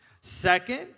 Second